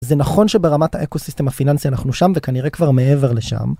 זה נכון שברמת האקוסיסטם הפיננסי אנחנו שם, וכנראה כבר מעבר לשם.